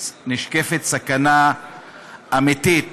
נשקפת סכנה אמיתית